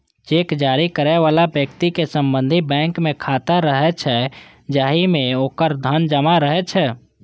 cheque जारी करै बला व्यक्ति के संबंधित बैंक मे खाता रहै छै, जाहि मे ओकर धन जमा रहै छै